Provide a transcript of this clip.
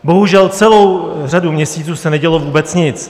Bohužel, celou řadu měsíců se nedělo vůbec nic.